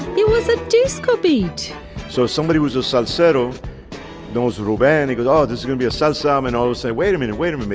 he was a disco beat so somebody was a subset of those little band. he was oh this is gonna be a son simon oh say wait a minute wait a minute.